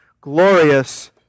glorious